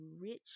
rich